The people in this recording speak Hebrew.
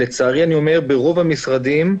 לצערי ברוב המשרדים,